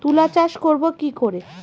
তুলা চাষ করব কি করে?